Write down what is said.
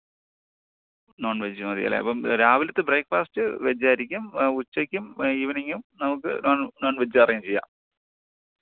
non veg മതിയല്ലേ അപ്പം രാവിലത്തെ ബ്രേക്ക് ഫാസ്റ്റ് വെജ്ജായിരിക്കും ഉച്ചയ്ക്കും ഈവനിങ്ങും നമുക്ക് നോൺ നോൺ വെജ് അറേയ്ഞ്ച് ചെയ്യാം